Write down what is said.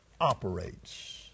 operates